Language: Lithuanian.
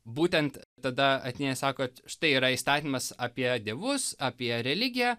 būtent tada ateini sakot štai yra įstatymas apie dievus apie religiją